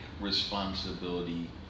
responsibility